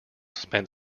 spent